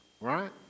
right